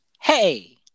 hey